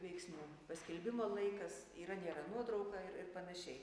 veiksnių paskelbimo laikas yra nėra nuotrauka ir ir panašiai